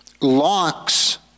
Locks